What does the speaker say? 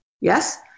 Yes